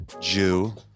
Jew